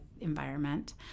environment